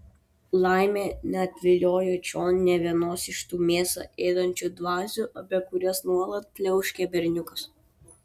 laimė neatviliojo čion nė vienos iš tų mėsą ėdančių dvasių apie kurias nuolat pliauškia berniukas